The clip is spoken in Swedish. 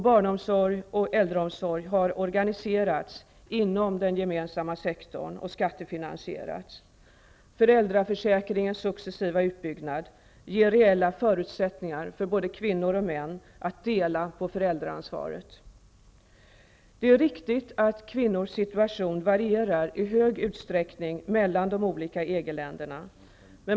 Barnomsorg och äldreomsorg har organiserats inom den gemensamma sektorn och skattefinansierats. Föräldraförsäkringens successiva utbyggnad ger reella förutsättningar för kvinnor och män att dela på föräldraansvaret. Det är riktigt att kvinnors situation i hög utsträckning varierar mellan de olika EG-länderna.